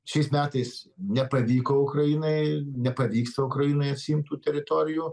šiais metais nepavyko ukrainai nepavyksta ukrainai atsiimt tų teritorijų